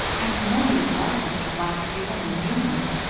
i know you'd like mr. black if you only knew him,